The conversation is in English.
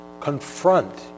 confront